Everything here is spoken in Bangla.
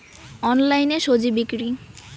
অনলাইনে স্বজি বিক্রি?